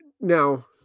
Now